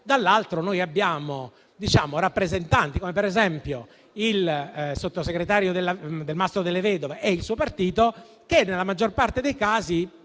dall'altro abbiamo rappresentanti come il sottosegretario Delmastro delle Vedove e il suo partito, che nella maggior parte dei casi